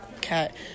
cat